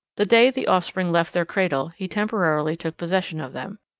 the day the offspring left their cradle he temporarily took possession of them.